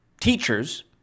teachers